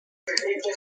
firefox